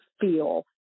feel